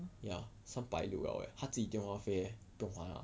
ya 三百六了 leh 他自己电话费 leh 不用还 ah